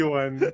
one